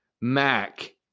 MAC